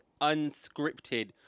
unscripted